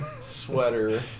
sweater